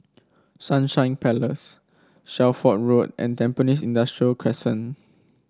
Sunshine Place Shelford Road and Tampines Industrial Crescent